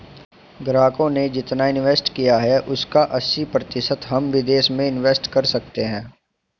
ग्राहकों ने जितना इंवेस्ट किया है उसका अस्सी प्रतिशत हम विदेश में इंवेस्ट कर सकते हैं